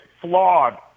flawed